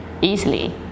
easily